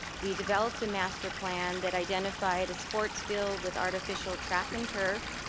we developed a master plan that identified a sports field with artificial track and turf,